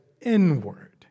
inward